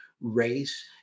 race